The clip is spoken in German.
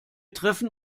treffen